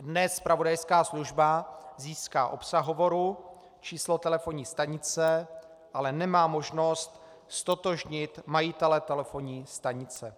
Dnes zpravodajská služba získá obsah hovoru, číslo telefonní stanice, ale nemá možnost ztotožnit majitele telefonní stanice.